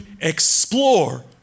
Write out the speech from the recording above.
explore